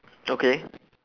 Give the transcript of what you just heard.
okay